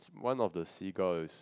one of the seagull is